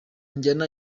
njyana